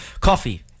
Coffee